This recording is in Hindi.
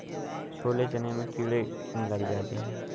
छोले चने में कीड़े क्यो लग जाते हैं?